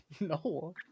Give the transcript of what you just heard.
No